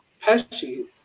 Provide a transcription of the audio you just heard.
Pesci